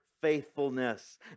faithfulness